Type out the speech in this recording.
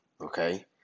okay